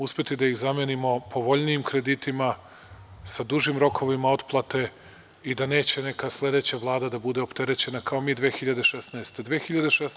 Uspeti da ih zamenimo povoljnijim kreditima, sa dužim rokovima otplate, i da neće neka sledeća vlada da bude opterećena kao mi 2016. godine.